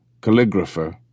calligrapher